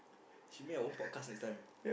should make our own podcast next time